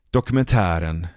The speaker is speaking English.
Dokumentären